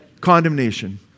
condemnation